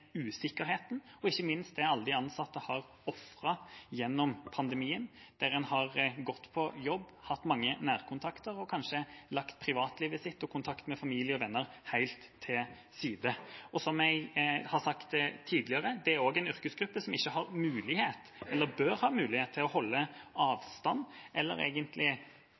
usikkerheten – og ikke minst det alle de ansatte har ofret gjennom pandemien, der en har gått på jobb, hatt mange nærkontakter og kanskje lagt privatlivet sitt og kontakten med familie og venner helt til side. Som jeg har sagt tidligere: Dette er også en yrkesgruppe som ikke har – eller bør ha – mulighet til å holde avstand, eller egentlig